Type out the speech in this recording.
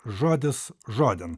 žodis žodin